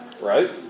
right